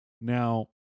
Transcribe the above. Now